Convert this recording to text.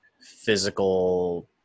physical